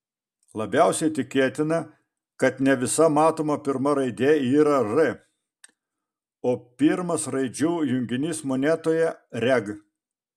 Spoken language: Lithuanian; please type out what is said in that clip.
labiausiai tikėtina kad ne visa matoma pirma raidė yra r o pirmas raidžių junginys monetoje reg